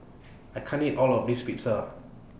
I can't eat All of This Pizza